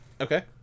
Okay